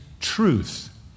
truth